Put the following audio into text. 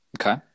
Okay